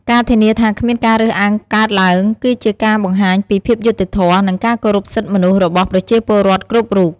ការធានាថាគ្មានការរើសអើងកើតឡើង គឺជាការបង្ហាញពីភាពយុត្តិធម៌ និងការគោរពសិទ្ធិមនុស្សរបស់ប្រជាពលរដ្ឋគ្រប់រូប។